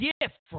gift